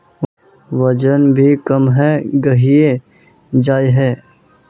वजन भी कम है गहिये जाय है?